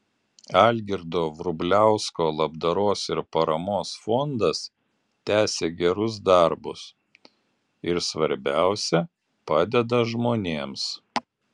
algirdo vrubliausko labdaros ir paramos fondas tęsia gerus darbus ir svarbiausia padeda žmonėms